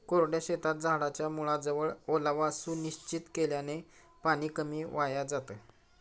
कोरड्या शेतात झाडाच्या मुळाजवळ ओलावा सुनिश्चित केल्याने पाणी कमी वाया जातं